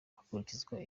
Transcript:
hakurikizwa